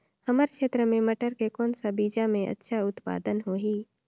हमर क्षेत्र मे मटर के कौन सा बीजा मे अच्छा उत्पादन होही?